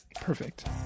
Perfect